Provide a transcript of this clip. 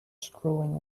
scrolling